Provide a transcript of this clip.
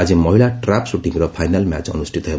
ଆଜି ମହିଳା ଟ୍ରାପ୍ ସୁଟିଂର ଫାଇନାଲ୍ ମ୍ୟାଚ୍ ଅନୁଷ୍ଠିତ ହେବ